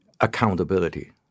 accountability